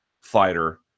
fighter